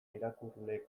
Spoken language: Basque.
irakurle